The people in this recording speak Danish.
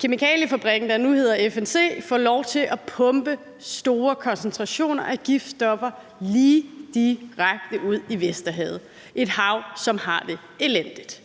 kemikaliefabrikken, der nu hedder FMC, får lov til at pumpe store koncentrationer af giftstoffer lige direkte ud i Vesterhavet – et hav, som har det elendigt.